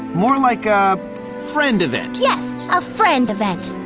more like a friend event. yes, a friend event.